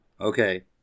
okay